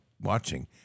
watching